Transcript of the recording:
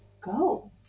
go